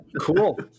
cool